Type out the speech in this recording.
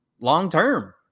long-term